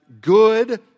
good